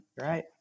Right